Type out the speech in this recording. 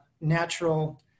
natural